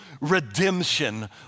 redemption